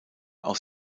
aus